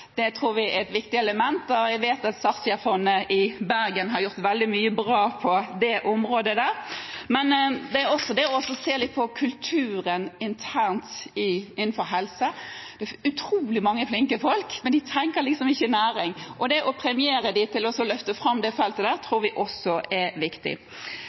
Det tror vi er et viktig element. Jeg vet at Sarsia-fondet i Bergen har gjort veldig mye bra på dette området. Men det handler også om å se litt på kulturen internt innenfor helse. Det er utrolig mange flinke folk, men de tenker liksom ikke næring. Det å premiere dem som løfter fram dette feltet, tror vi også er viktig.